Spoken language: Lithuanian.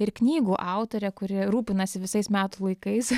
ir knygų autore kuri rūpinasi visais metų laikais